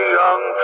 young